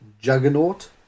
juggernaut